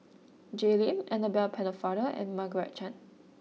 Jay Lim Annabel Pennefather and Margaret Chan